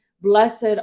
blessed